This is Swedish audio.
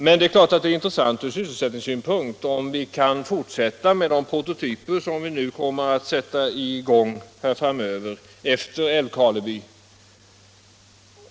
Men det är klart att det är intressant från sysselsättningssynpunkt om vi kan fortsätta med de prototyper som vi kommer att sätta i gång framöver efter Älvkarleby.